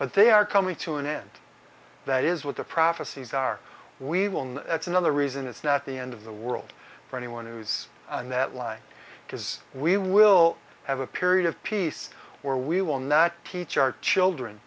but they are coming to an end that is what the prophecies are we will know that's another reason it's not the end of the world for anyone who's in that line because we will have a period of peace or we will not teach our children